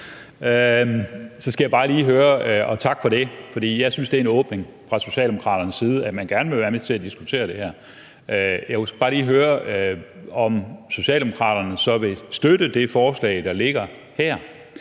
Tak for det. Jeg synes, at det er en åbning fra Socialdemokraternes side, at man gerne vil være med til at diskutere det her. Jeg skal måske bare lige høre, om Socialdemokraterne så vil støtte det forslag, der ligger her,